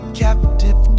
captive